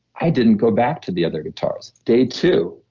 i didn't go back to the other guitars. day two, oh,